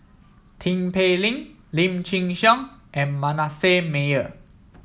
Tin Pei Ling Lim Chin Siong and Manasseh Meyer